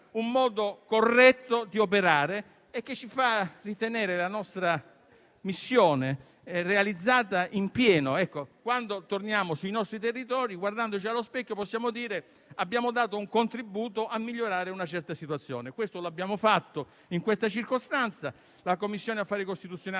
un modo corretto di operare, che ci fa ritenere la nostra missione realizzata in pieno. Quando torniamo nei nostri territori, guardandoci allo specchio, possiamo dire: abbiamo dato un contributo a migliorare una certa situazione. In questa circostanza l'abbiamo fatto; la Commissione affari costituzionali